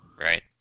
Right